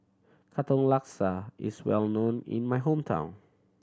Katong Laksa is well known in my hometown